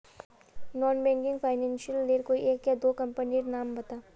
Non banking financial लेर कोई एक या दो कंपनी नीर नाम बता?